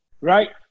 right